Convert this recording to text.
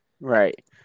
Right